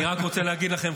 אני רק רוצה להגיד לכם,